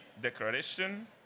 Declaration